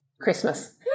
Christmas